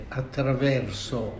attraverso